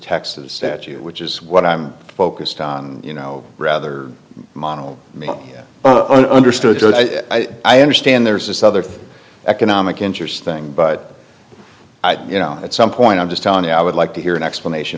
texas statute which is what i'm focused on you know rather model own understood i i understand there's this other economic interest thing but i you know at some point i'm just telling you i would like to hear an explanation